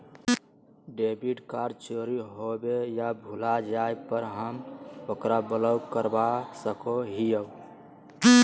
debit card चोरी होवे या भुला जाय पर हम ओकरा ब्लॉक करवा सको हियै